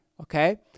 okay